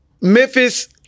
Memphis